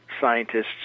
scientists